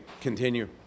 continue